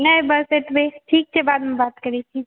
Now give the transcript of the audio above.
नहि बस एतबहि ठीक छै बादमे बात करैत छी